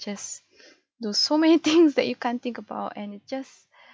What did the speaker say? just there so many things that you can't think about and it just